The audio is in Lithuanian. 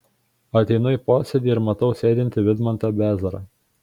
ateinu į posėdį ir matau sėdintį vidmantą bezarą